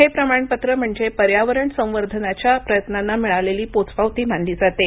हे प्रमाणपत्र म्हणजे पर्यावरण संवर्धनाच्या प्रयत्नांना मिळालेली पोचपावती मानली जाते